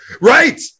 right